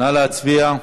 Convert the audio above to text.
נא להצביע.